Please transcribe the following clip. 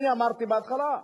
אני אמרתי בהתחלה,